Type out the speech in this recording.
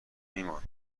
ایمان